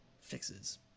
fixes